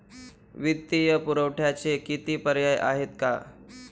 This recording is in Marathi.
वित्तीय पुरवठ्याचे किती पर्याय आहेत का?